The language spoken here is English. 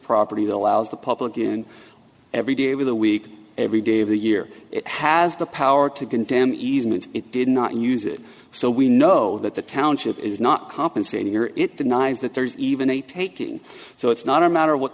property allows the public in every day with a week every day of the year has the power to condemn easement it did not use it so we know that the township is not compensating or it denies that there's even a taking so it's not a matter of what